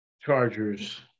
Chargers